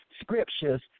scriptures